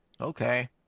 okay